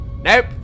Nope